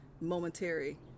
momentary